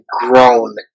grown